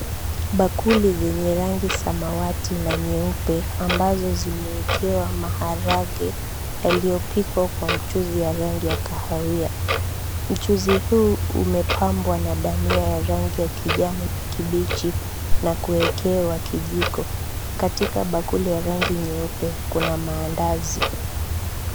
Bakuli zenye rangi samawati na nyeupe, ambazo zime ekewa maharage yaliyo pikwa kwa mchuuzi ya rangi ya kahawia. Mchuuzi huu umepambwa na dania ya rangi ya kijani kibichi na kuekewa kijiko. Katika bakuli ya rangi nyeupe kuna maandazi.